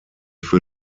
für